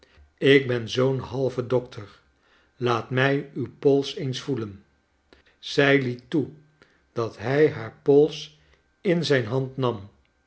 ik ben zoo'n halve dokteiv laat mij uw pols eens voelen zij liet toe dat hij haar pols in zijn hand nam